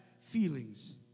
feelings